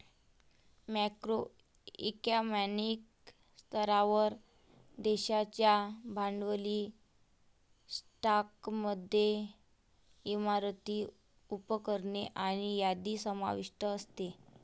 macro economic स्तरावर, देशाच्या भांडवली स्टॉकमध्ये इमारती, उपकरणे आणि यादी समाविष्ट असते